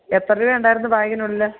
എത്ര രൂപയുണ്ടായിരുന്നു ബാഗിനുള്ളിൽ